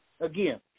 Again